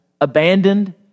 abandoned